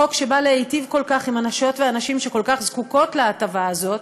חוק שבא להיטיב כל כך עם אנשות ואנשים שכל כך זקוקות להטבה הזאת,